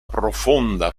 profonda